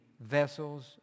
vessels